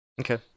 okay